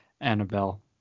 annabelle